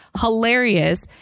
Hilarious